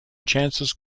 chances